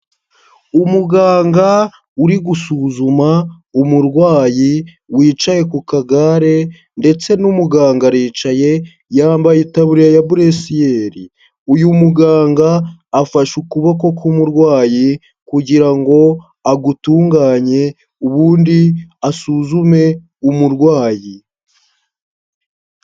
Umuganga uri gusuzuma umurwayi wicaye ku kagare ndetse n'umuganga aricaye, yambaye itaburiya ya buresiyeri, uyu muganga afashe ukuboko k'umurwayi kugira ngo agutunganye ubundi asuzume umurwayi.